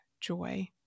joy